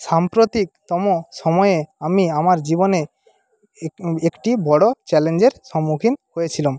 সাম্প্রতিকতম সময়ে আমি আমার জীবনে একটি বড়ো চ্যালেঞ্জের সম্মুখীন হয়েছিলাম